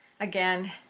Again